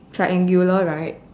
triangular right